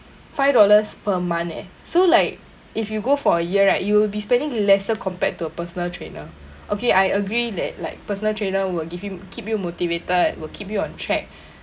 five dollars per month eh so like if you go for a year right you will be spending lesser compared to a personal trainer okay I agree that like personal trainer will give you keep you motivated will keep you on track